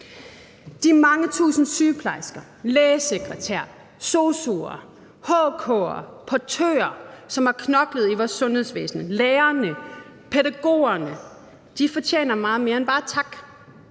De mange tusind sygeplejersker, lægesekretærer, sosu'er, HK'ere, portører, som har knoklet i vores sundhedsvæsen, og lærerne og pædagogerne fortjener meget mere end bare tak.